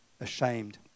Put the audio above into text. ashamed